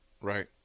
right